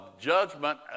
judgment